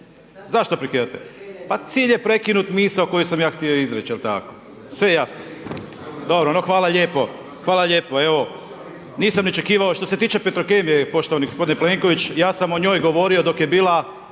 zašto prekidate, ma cilj je prekinut misao koju sam ja htio izreči, jel tako, sve jasno. Dobro no hvala lijepo, hvala lijepo nisam ni očekivao, što se tiče Petrokemije, poštovani g, Plenković, ja sam o njoj govorio dok je bila